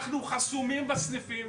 אנחנו חסומים בסניפים,